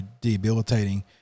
debilitating